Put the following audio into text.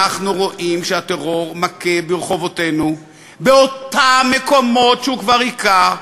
אנחנו רואים שהטרור מכה ברחובותינו באותם מקומות שהוא כבר הִכה,